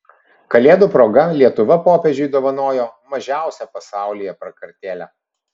kalėdų proga lietuva popiežiui dovanojo mažiausią pasaulyje prakartėlę